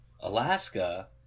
alaska